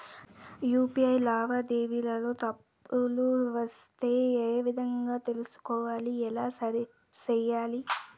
UPI లావాదేవీలలో తప్పులు వస్తే ఏ విధంగా తెలుసుకోవాలి? ఎలా సరిసేయాలి?